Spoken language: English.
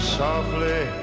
softly